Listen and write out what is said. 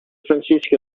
francisco